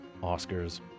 Oscars